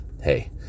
hey